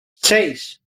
seis